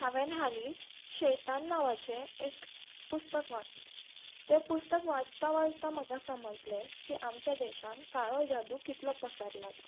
हांवें हालींच शैतान नांवाचें एक पुस्तक वाचलें तें पुस्तक वाचता वाचता म्हाका समजलें की आमच्या देशान काळो जादू कितलो पसारला तो